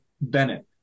Bennett